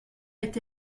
été